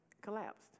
collapsed